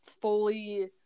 fully